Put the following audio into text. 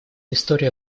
история